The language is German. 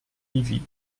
hiwi